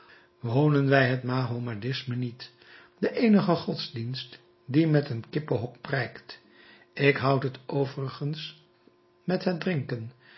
hoonen wij het mahomedisme niet den eenigen godsdienst die met een kippenhok prijkt ik houd het overigens met het drinken